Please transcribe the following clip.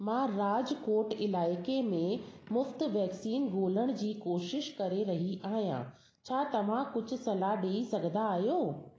मां राजकोट इलाइक़े में मुफ़्त वैक्सीन ॻोल्हण जी कोशिशि करे रही आहियां छा तव्हां कुझु सलाहु ॾई सघंदा आहियो